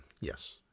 yes